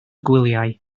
gwyliau